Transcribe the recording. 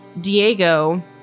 Diego